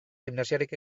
gimnasiarik